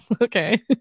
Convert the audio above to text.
Okay